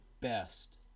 best